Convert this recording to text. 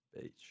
Beach